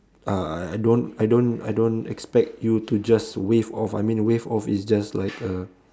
uh I don't I don't I don't expect you to just waive off I mean waive off is just like uh